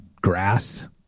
grass